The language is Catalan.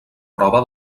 prova